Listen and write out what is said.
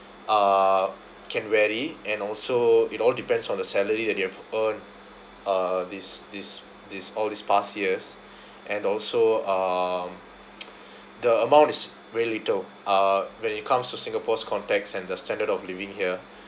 uh can vary and also it all depends on the salary that you have earned uh this this this all these past years and also um the amount is very little uh when it comes to Singapore's context and the standard of living here